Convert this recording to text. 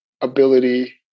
ability